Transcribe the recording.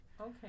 okay